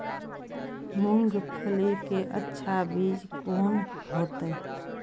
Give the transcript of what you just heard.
मूंगफली के अच्छा बीज कोन होते?